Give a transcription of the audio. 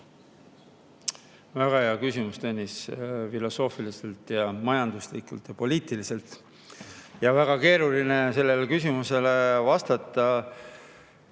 Väga hea küsimus, Tõnis, filosoofiliselt, majanduslikult ja poliitiliselt. On väga keeruline sellele küsimusele vastata.